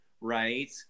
right